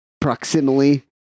proximity